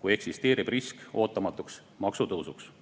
kui eksisteerib risk ootamatuks maksutõusuks? Iga